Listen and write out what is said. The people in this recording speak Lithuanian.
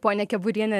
ponia keburiene